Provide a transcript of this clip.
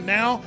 now